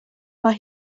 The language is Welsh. mae